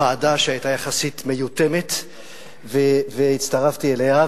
ועדה שהיתה יחסית מיותמת והצטרפתי אליה,